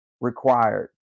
required